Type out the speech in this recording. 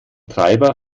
treiber